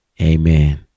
amen